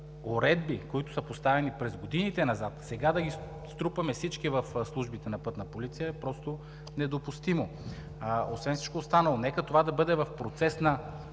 уредби, които са поставени през годините назад, сега да ги струпаме всички в службите на „Пътна полиция“ е просто недопустимо. Освен всичко останало, нека това да бъде или в процес на